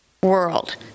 World